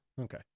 Okay